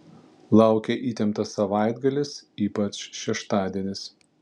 laukia įtemptas savaitgalis ypač šeštadienis